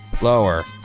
Lower